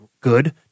good